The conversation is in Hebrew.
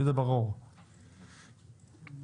אנחנו לא